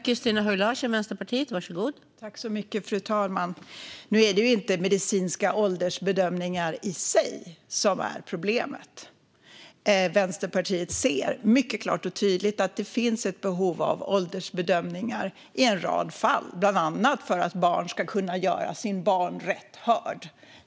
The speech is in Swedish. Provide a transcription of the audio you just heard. Fru talman! Det är inte medicinska åldersbedömningar i sig som är problemet. Vänsterpartiet ser klart och tydligt att det finns ett behov av åldersbedömningar i en rad fall, bland annat för att barn ska kunna göra sin barnrätt hörd.